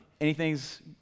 anything's